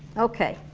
okay,